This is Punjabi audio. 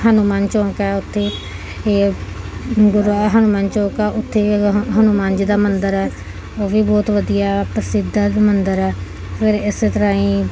ਹਨੂੰਮਾਨ ਚੌਕ ਹੈ ਉੱਥੇ ਇਹ ਗੁਰੂ ਹੈ ਹਨੂੰਮਾਨ ਚੌਕ ਆ ਉੱਥੇ ਹ ਹਨੂੰਮਾਨ ਜੀ ਦਾ ਮੰਦਰ ਹੈ ਉਹ ਵੀ ਬਹੁਤ ਵਧੀਆ ਪ੍ਰਸਿੱਧ ਮੰਦਰ ਹੈ ਫਿਰ ਇਸ ਤਰ੍ਹਾਂ ਹੀ